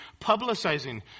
publicizing